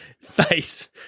face